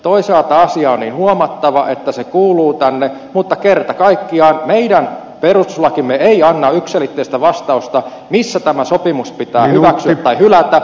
toisaalta asia on niin huomattava että se kuuluu tänne mutta kerta kaikkiaan meidän perustuslakimme ei anna yksiselitteistä vastausta missä tämä sopimus pitää hyväksyä tai hylätä